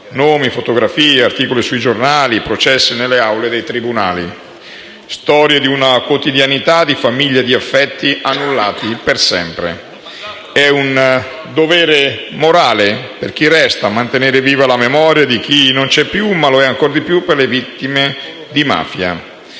nomi, fotografie, articoli sui giornali, processi nelle aule dei tribunali. Storie di una quotidianità, di famiglie, di affetti annullati per sempre. È un dovere morale, per chi resta, mantenere viva la memoria di chi non c'è più, ma lo è ancora di più per le vittime di mafia.